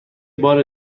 بار